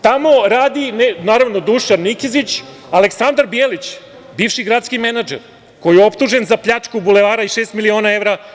Tamo radi naravno Dušan Nikezić, Aleksandar Bjelić, bivši gradski menadžet koji je optužen za pljačku bulevara i šest miliona evra.